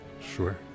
Sure